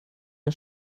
der